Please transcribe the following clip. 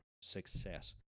success